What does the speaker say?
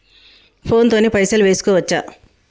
Phone తోని పైసలు వేసుకోవచ్చా?